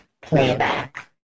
playback